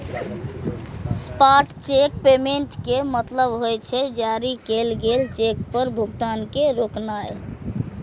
stop cheque payment के मतलब होइ छै, जारी कैल गेल चेक पर भुगतान के रोकनाय